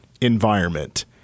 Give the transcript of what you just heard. environment